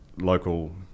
local